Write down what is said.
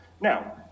Now